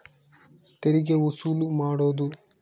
ತೆರಿಗೆ ವಸೂಲು ಮಾಡೋದು